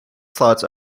slots